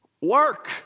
Work